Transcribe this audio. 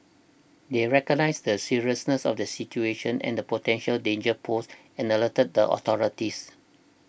they recognised the seriousness of the situation and the potential danger posed and alerted authorities